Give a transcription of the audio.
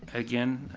again,